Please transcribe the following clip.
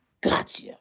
gotcha